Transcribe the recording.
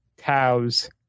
tows